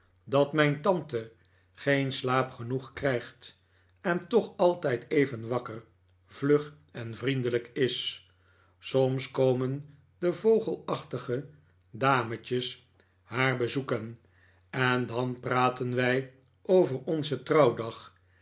dat mijn tante geen slaap genoeg krijgt en toch altijd even wakker vlug en vriendelijk is soms komen de vogelachtige dametjes haar bezoeken en dan praten wij over onzen trouwdag